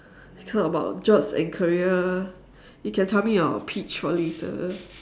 we talk about jobs and career you can tell me your pitch for later